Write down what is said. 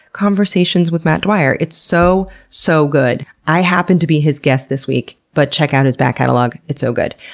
conversations with matt dwyer. it's so, so good. i happen to be his guest this week, but check out his back catalog, it's so good.